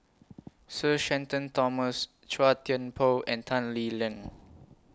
Sir Shenton Thomas Chua Thian Poh and Tan Lee Leng